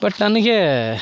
but ನನಗೆ